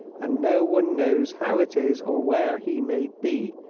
and no one knows how it is, or where he may be.